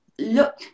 look